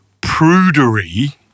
prudery